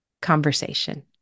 conversation